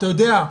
אתה יודע,